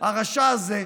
הרשע הזה,